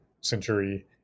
century